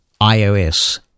iOS